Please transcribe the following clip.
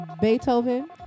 Beethoven